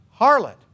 harlot